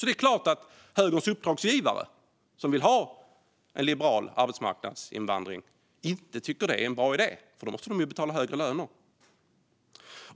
Det är klart att högerns uppdragsgivare som vill ha en liberal arbetskraftsinvandring inte tycker att det är en bra idé, för då måste de ju betala högre löner.